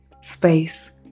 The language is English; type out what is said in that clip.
space